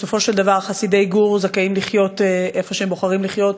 בסופו של דבר חסידי גור זכאים לחיות איפה שהם בוחרים לחיות,